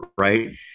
right